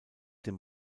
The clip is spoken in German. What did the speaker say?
dem